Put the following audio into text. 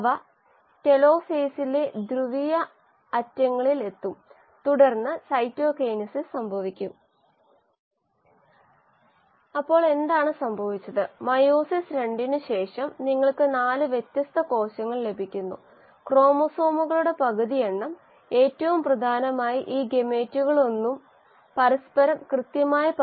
കോശങ്ങളുടെ വർധനവിലേക്ക് മാത്രം എല്ലാ സബ്സ്ട്രേറ്റ ലക്ഷ്യമിടുമ്പോൾ ഇത് ലഭിക്കും അതൊരു ആശയമാണ് T യഥാർത്ഥ നിർദ്ധിഷ്ട വളർച്ച നിരക്ക് T യും എന്റോജീന്സ് മെറ്റബോളിസം കോൺസ്റ്റന്റ് A യും തമ്മിലുള്ള വ്യത്യാസം ആണ് നിരീക്ഷിച്ച നിർദ്ധിഷ്ട വളർച്ച നിരക്ക് Tയഥാർത്ഥ നിർദ്ദിഷ്ട വളർച്ചാ നിരക്കും ke എൻഡോജെനസ് മെറ്റബോളിസം സ്ഥിരാങ്കം